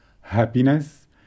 happiness